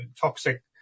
toxic